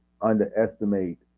underestimate